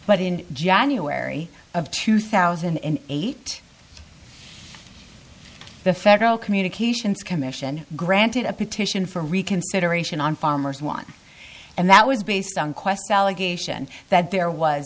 but in january of two thousand and eight the federal communications commission granted a petition for reconsideration on farmers one and that was based on qwest allegation that there was